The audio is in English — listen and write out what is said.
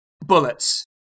bullets